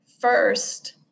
first